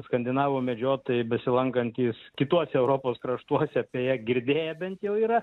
skandinavų medžiotojai besilankantys kituose europos kraštuose apie ją girdėję bent jau yra